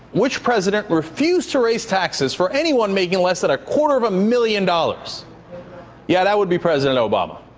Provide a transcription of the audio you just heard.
which president refused to raise taxes for anyone making less than a quarter of a million dollars yeah, that would be president obama.